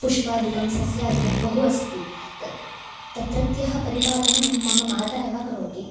पुष्पादिकं सस्यादिकं बहु अस्ति त् तत्रत्यं परिपालनं मम माता एव करोति